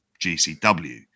GCW